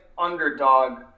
underdog